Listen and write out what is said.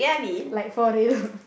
like for real